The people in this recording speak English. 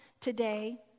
today